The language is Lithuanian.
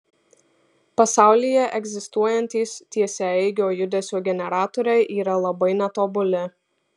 pasaulyje egzistuojantys tiesiaeigio judesio generatoriai yra labai netobuli